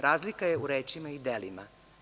Razlika je u rečima i u delima.